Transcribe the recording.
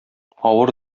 авыр